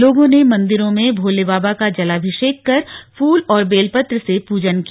लोगों ने मंदिरों में भोले बाबा का जलाभिषेक कर फूल और बेलपत्र से पूजन किया